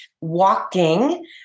walking